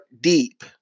deep